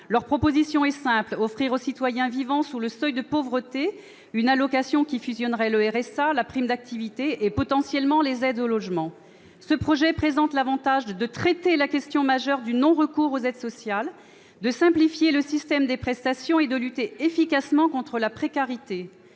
Leur proposition est simple : offrir aux citoyens vivant sous le seuil de pauvreté une allocation qui fusionnerait le RSA, la prime d'activité et potentiellement les aides au logement. Ce projet présente l'avantage de traiter la question majeure du non-recours aux aides sociales, de simplifier le système de prestations et de lutter efficacement contre la précarité.